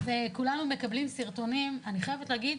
וכולנו מקבלים סרטונים, אני חייבת להגיד,